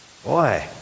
Boy